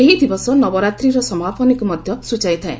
ଏହି ଦିବସ ନବରାତ୍ରୀର ସମାପନୀକୁ ମଧ୍ୟ ସ୍ଟଚାଇ ଥାଏ